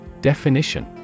Definition